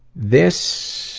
this